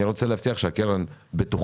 אני רוצה להבטיח שהקרן בטוחה,